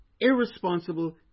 Irresponsible